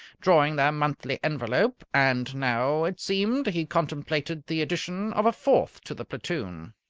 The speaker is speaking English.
drawing their monthly envelope, and now, it seemed, he contemplated the addition of a fourth to the platoon.